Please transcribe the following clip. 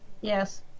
Yes